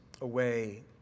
away